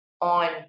on